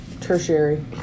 tertiary